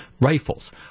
rifles